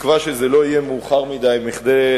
בתקווה שזה לא יהיה מאוחר מכדי לשכנע,